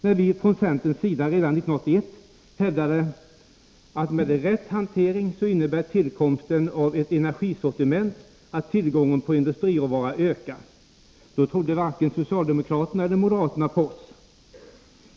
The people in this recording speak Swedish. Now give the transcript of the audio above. När vi från centerns sida redan 1981 hävdade att tillkomsten av ett energisortiment med rätt hantering skulle innebära att tillgången på industri råvara ökar, då trodde varken socialdemokrater eller moderater på oss.